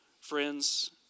Friends